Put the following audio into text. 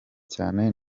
cyane